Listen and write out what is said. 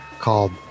called